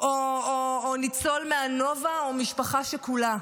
או ניצול מהנובה או משפחה שכולה.